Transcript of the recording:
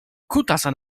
kutasa